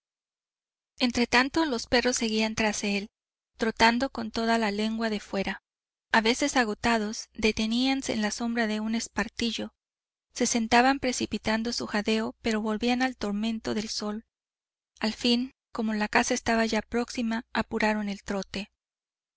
vértigo entretanto los perros seguían tras él trotando con toda la lengua de fuera a veces agotados deteníanse en la sombra de un espartillo se sentaban precipitando su jadeo pero volvían al tormento del sol al fin como la casa estaba ya próxima apuraron el trote